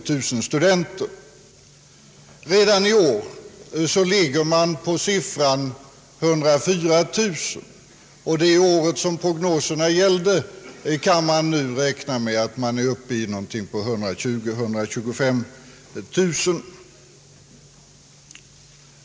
Redan 1 år är siffran 104 000, och man kan räkna med att man det år som prognoserna gällde är uppe i 120 000—2125 000 inskrivna studenter.